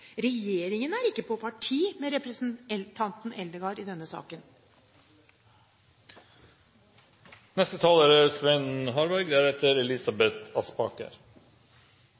regjeringen er ikke på parti med representanten Eldegard i denne saken.